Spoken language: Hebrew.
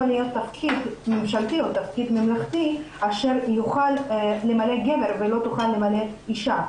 להיות תפקיד ממלכתי אשר יוכל למלא גבר ולא תוכל למלא אישה.